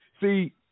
See